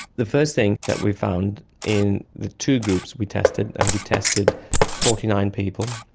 the first thing that we found in the two groups we tested, and we tested forty nine people,